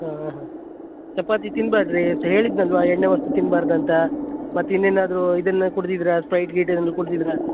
ಹಾಂ ಹಾಂ ಚಪಾತಿ ತಿನ್ನಬೇಡ್ರಿ ಅಂತ ಹೇಳಿದ್ದೆನಲ್ವಾ ಎಣ್ಣೆ ವಸ್ತು ತಿನ್ಬಾರ್ದು ಅಂತ ಮತ್ತು ಇನ್ನೂ ಏನಾದರೂ ಇದನ್ನು ಕುಡಿದಿದ್ರ ಸ್ಟ್ರೈಟ್ ಗೀಟ್ ಏನಾದರೂ ಕುಡಿದಿದ್ರಾ